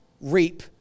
reap